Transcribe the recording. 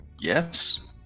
Yes